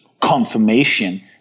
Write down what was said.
confirmation